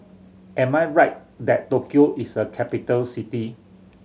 am I right that Tokyo is a capital city